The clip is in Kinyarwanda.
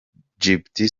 djibouti